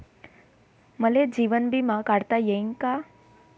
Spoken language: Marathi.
मले जीवन बिमा काढता येईन का?